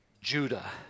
Judah